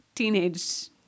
Teenage